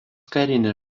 karinė